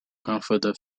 grandfather